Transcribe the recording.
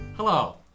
Hello